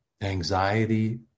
anxiety